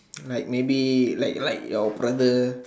like maybe like like your brother